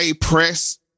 press